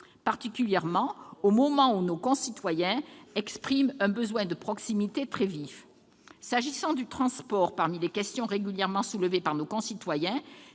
particulièrement au moment où nos concitoyens expriment un besoin très vif de proximité. S'agissant du transport, parmi les questions régulièrement soulevées par nos concitoyens